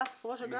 לראש אגף